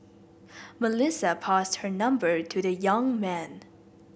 Melissa passed her number to the young man